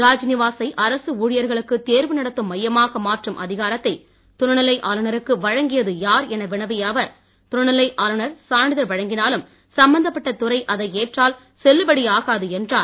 ராஜ்நிவாசை அரசு ஊழியர்களக்கு தேர்வு நடத்தும் மையமாக மாற்றும் அதிகாரத்தை துணைநிலை ஆளுனருக்கு வழங்கியது யார் என வினவிய அவர் துணைநிலை ஆளுனர் சான்றிதழ் வழங்கினாலும் சம்பந்தப்பட்ட துறை அதை ஏற்றால் செல்லுபடியாகாது என்றார்